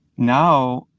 now,